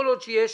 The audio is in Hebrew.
כל עוד שיש